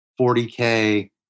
40k